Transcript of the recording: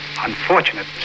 unfortunate